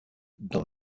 dans